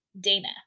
Dana